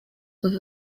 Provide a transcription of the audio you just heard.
with